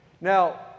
Now